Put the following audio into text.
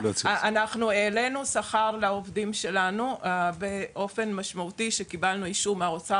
אנחנו העלינו שכר לעובדים שלנו באופן משמעותי שקיבלנו אישור מהאוצר